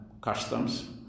customs